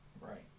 Right